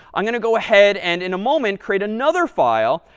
i'm going to go ahead, and in a moment, create another file,